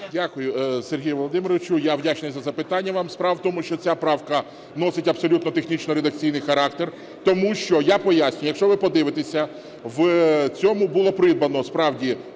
Дякую, Сергію Володимировичу. Я вдячний за запитання вам. Справа в тому, що ця правка носить абсолютно технічно-редакційний характер. Тому що, я пояснюю, якщо ви подивитеся в цьому було: придбано, справді,